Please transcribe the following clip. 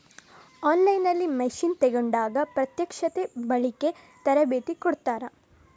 On line ನಲ್ಲಿ machine ತೆಕೋಂಡಾಗ ಪ್ರತ್ಯಕ್ಷತೆ, ಬಳಿಕೆ, ತರಬೇತಿ ಕೊಡ್ತಾರ?